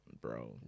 bro